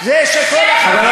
זה שקר גמור.